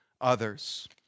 others